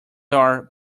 are